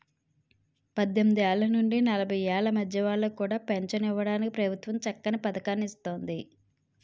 పద్దెనిమిదేళ్ల నుండి నలభై ఏళ్ల మధ్య వాళ్ళకి కూడా పెంచను ఇవ్వడానికి ప్రభుత్వం చక్కని పదకాన్ని ఇస్తోంది